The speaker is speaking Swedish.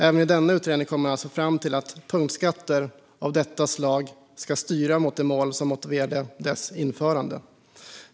Även denna utredning kommer alltså fram till att en punktskatt av detta slag ska styra mot de mål som motiverade dess införande.